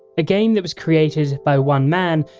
a game that was created by one man,